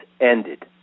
ended